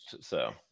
so-